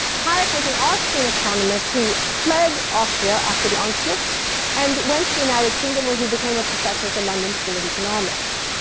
hayek was an austrian economist who fled austria after the anschluss and went to the united kingdom where he became a professor at the london school of economics.